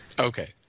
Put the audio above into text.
Okay